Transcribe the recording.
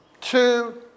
Two